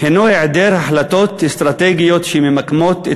הוא היעדר החלטות אסטרטגיות שממקמות את